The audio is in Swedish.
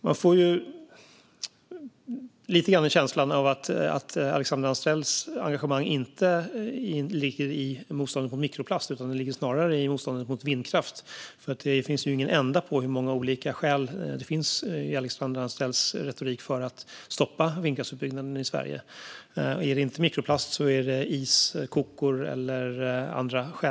Jag får lite grann en känsla av att Alexandra Anstrells engagemang inte ligger i motståndet mot mikroplast utan snarare i motståndet mot vindkraft, för det finns ingen ände på skäl i Alexandra Anstrells retorik för att stoppa vindkraftsutbyggnaden i Sverige. Är det inte mikroplast så är det iskokor eller annat.